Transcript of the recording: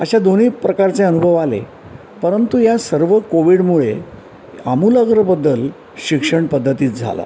अशा दोन्ही प्रकारचे अनुभव आले परंतु या सर्व कोविडमुळे आमूलाग्र बदल शिक्षण पद्धतीत झाला